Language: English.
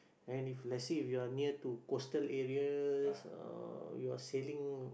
and if let's say you are near to coastal areas uh you are sailing